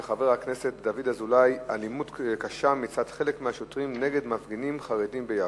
של חבר הכנסת דוד אזולאי: אלימות שוטרים נגד מפגינים חרדים ביפו,